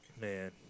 man